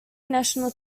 national